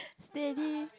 steady